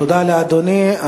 תודה לאדוני.